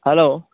hello